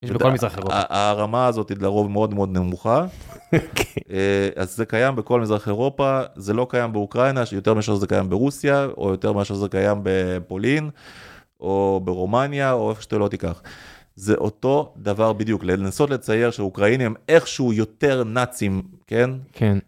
יש בכל מזרח אירופה. הרמה הזאת לרוב מאוד מאוד נמוכה אז זה קיים בכל מזרח אירופה זה לא קיים באוקראינה שיותר מאשר זה קיים ברוסיה או יותר מאשר זה קיים בפולין, או ברומניה או איפה שאתה לא תיקח. זה אותו דבר בדיוק, לנסות לצייר שאוקראינים איכשהו יותר נאצים כן? כן.